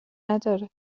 نداره